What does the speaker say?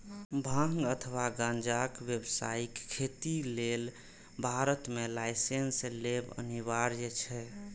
भांग अथवा गांजाक व्यावसायिक खेती लेल भारत मे लाइसेंस लेब अनिवार्य छै